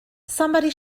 somebody